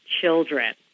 children